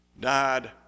died